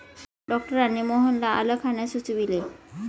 डॉक्टरांनी मोहनला आलं खाण्यास सुचविले